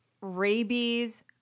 rabies